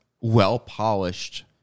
well-polished